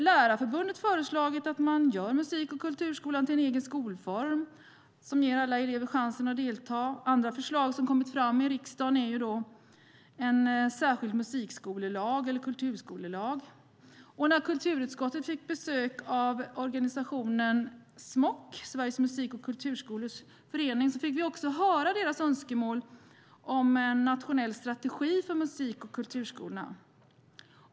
Lärarförbundet har föreslagit att man gör musik och kulturskolan till en egen skolform och ger alla elever chansen att delta. Andra förslag som har kommit fram i riksdagen är en särskild musik eller kulturskolelag. När kulturutskottet fick besök av organisationen SMOK, Sveriges Musik och Kulturskoleråd, fick vi också höra om deras önskemål om en nationell strategi för musik och kulturskolan.